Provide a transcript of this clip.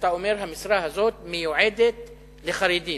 שאתה אומר שהמשרה הזאת מיועדת לחרדים,